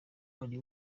ari